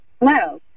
hello